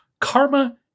karma